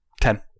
Ten